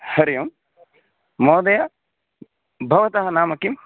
हरिः ओं महोदय भवतः नाम किं